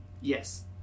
yes